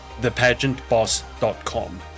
thepageantboss.com